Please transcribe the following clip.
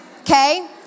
okay